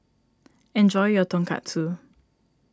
enjoy your Tonkatsu